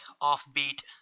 offbeat